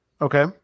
Okay